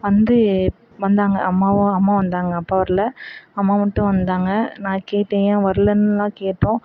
வந்து வந்தாங்க அம்மாவும் அம்மா வந்தாங்க அப்பா வரலை அம்மா மட்டும் வந்தாங்க நான் கேட்டேன் ஏன் வரலைன்லா கேட்டோம்